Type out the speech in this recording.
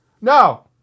No